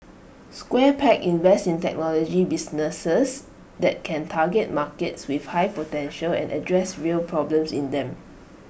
square peg invests in technology businesses that can target markets with high potential and address real problems in them